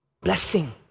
Blessing